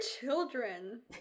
children